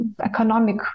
economic